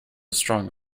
strong